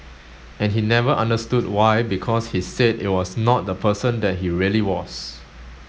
and he never understood why because he said it was not the person that he really was